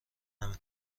نمی